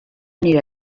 nire